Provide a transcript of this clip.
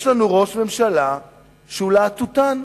יש לנו ראש ממשלה שהוא להטוטן.